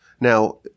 Now